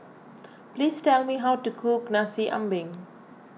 please tell me how to cook Nasi Ambeng